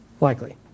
likely